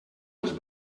els